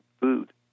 food